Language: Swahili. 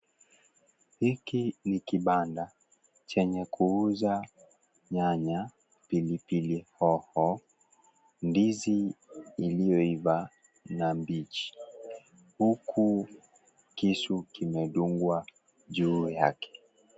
Hiki ni kibanda chenye kuuza, nyanya, pilipili hoho, ndizi iliyoiva na mbichi, huku kisu kimedungwa juu yake.